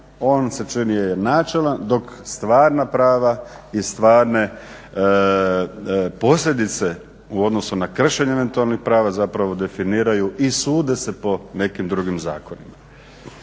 on se čini je načelan dok stvarna prava i stvarne posljedice u odnosu na kršenje eventualnih prava zapravo definiraju i sude se po nekim drugim zakonima.